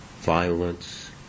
violence